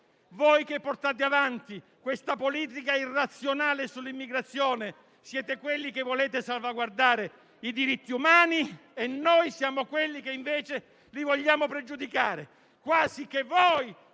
voi che portate avanti questa politica irrazionale sull'immigrazione, siate quelli che vogliono salvaguardare i diritti umani e noi siamo quelli che invece li vogliamo pregiudicare. Quasi che voi